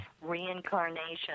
reincarnation